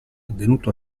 avvenuto